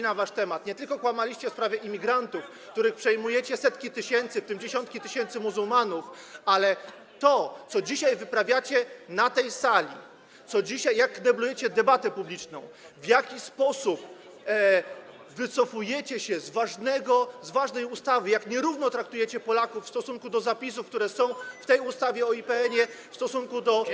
Nie tylko kłamaliście w sprawie imigrantów, których przejmujecie setki tysięcy, w tym dziesiątki tysięcy muzułmanów, ale to, co dzisiaj wyprawiacie na tej sali, jak kneblujecie debatę publiczną, w jaki sposób wycofujecie się z ważnej ustawy, jak nierówno traktujecie Polaków w stosunku do zapisów, które są w tej ustawie o IPN-ie, w stosunku do.